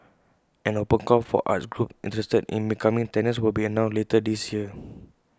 an open call for arts groups interested in becoming tenants will be announced later this year